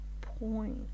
point